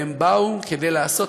והם באו כדי לעשות.